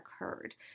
occurred